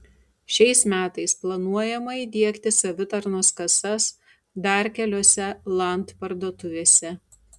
šiais metais planuojama įdiegti savitarnos kasas dar keliose land parduotuvėse